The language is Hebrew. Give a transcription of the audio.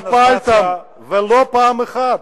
התקפלתם, ולא פעם אחת.